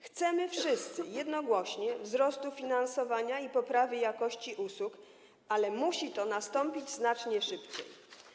Chcemy wszyscy jednogłośnie wzrostu finansowania i poprawy jakości usług, ale musi to nastąpić znacznie szybciej.